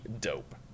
dope